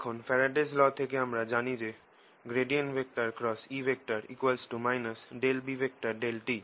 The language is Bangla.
এখন ফ্যারাডেস ল Faradays law থেকে আমরা জানি যে E B∂t